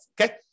Okay